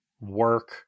work